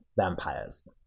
vampires